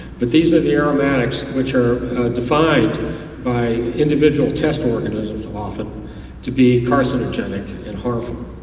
but these are the aromatics which are defined by individual test organisms often to be carcinogenic and harmful.